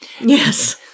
Yes